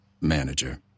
manager